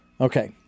Okay